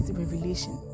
revelation